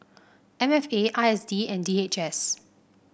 M F A I S D and D H S